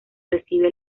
recibe